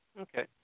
Okay